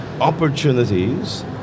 opportunities